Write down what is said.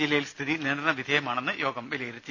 ജില്ലയിൽ സ്ഥിതി നിയന്ത്രണ വിധേയമാണെന്ന് യോഗം വിലയിരുത്തി